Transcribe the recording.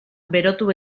berotu